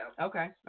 Okay